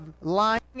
lying